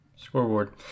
Scoreboard